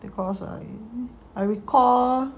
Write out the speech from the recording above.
because I recall